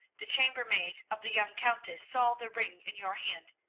the chamber-maid of the young countess saw the ring in your hand.